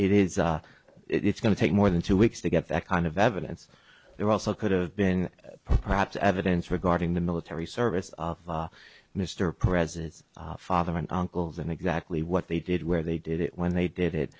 is it's going to take more than two weeks to get that kind of evidence there also could have been perhaps evidence regarding the military service of mr president's father and uncles and exactly what they did where they did it when they did it